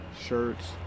shirts